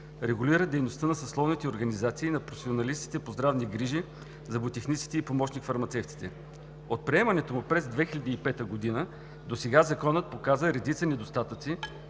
регулира дейността на съсловните организации на професионалистите по здравни грижи, зъботехниците и помощник-фармацевтите. От приемането му през 2005 г. досега Законът показа редица недостатъци,